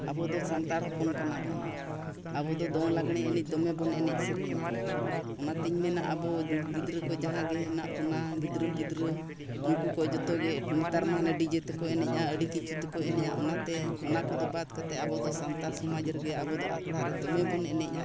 ᱟᱹᱵᱤ ᱫᱚ ᱥᱟᱱᱛᱟᱲ ᱦᱚᱯᱚᱱ ᱠᱟᱱᱟ ᱵᱚᱱ ᱟᱵᱚ ᱫᱚ ᱫᱚᱝ ᱞᱟᱜᱽᱬᱮ ᱮᱱᱮᱡ ᱫᱚᱢᱮ ᱵᱚᱱ ᱮᱱᱮᱡ ᱥᱮᱨᱮᱧᱟ ᱚᱱᱟᱛᱤᱧ ᱢᱮᱱᱟ ᱟᱵᱚ ᱜᱤᱫᱽᱨᱟᱹ ᱠᱚ ᱡᱟᱦᱟᱸᱭ ᱜᱮ ᱢᱮᱱᱟᱜ ᱵᱚᱱᱟ ᱜᱤᱫᱽᱨᱟᱹ ᱯᱤᱫᱨᱟᱹ ᱩᱱᱠᱩ ᱠᱚ ᱡᱚᱛᱚ ᱜᱮ ᱱᱮᱛᱟᱨ ᱢᱟ ᱦᱟᱱᱮ ᱰᱤᱡᱮ ᱛᱮᱠᱚ ᱮᱱᱮᱡᱼᱟ ᱟᱹᱰᱤ ᱠᱤᱪᱷᱩ ᱛᱮᱠᱚ ᱮᱱᱮᱡᱼᱟ ᱚᱱᱟᱛᱮ ᱚᱱᱟ ᱠᱚᱫᱚ ᱵᱟᱫᱽ ᱠᱟᱛᱮᱫ ᱟᱵᱚ ᱫᱚ ᱥᱟᱱᱛᱟᱲ ᱥᱚᱢᱟᱡᱽ ᱨᱮᱜᱮ ᱟᱵᱚᱫᱚ ᱟᱠᱷᱲᱟ ᱨᱮ ᱫᱚᱢᱮ ᱵᱚᱱ ᱮᱱᱮᱡᱼᱟ